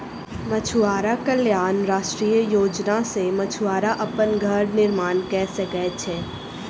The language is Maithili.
मछुआरा कल्याण राष्ट्रीय योजना सॅ मछुआरा अपन घर निर्माण कय सकै छै